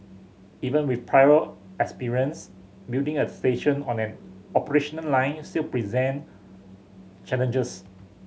even with prior experience building a station on an operational line still present challenges